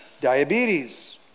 diabetes